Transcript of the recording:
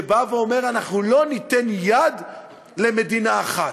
שאומר: אנחנו לא ניתן יד למדינה אחת.